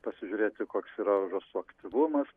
pasižiūrėti koks yra žąsų aktyvumas